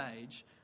age